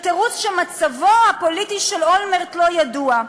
בתירוץ שמצבו הפוליטי של אולמרט לא ידוע.